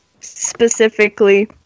specifically